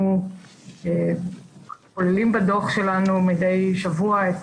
אנחנו עולים בדוח שלנו מדי שבוע את